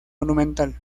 monumental